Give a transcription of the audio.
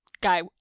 guy